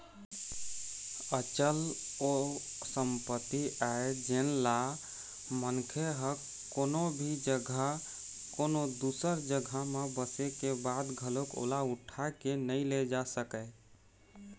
अचल ओ संपत्ति आय जेनला मनखे ह कोनो भी जघा कोनो दूसर जघा म बसे के बाद घलोक ओला उठा के नइ ले जा सकय